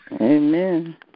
Amen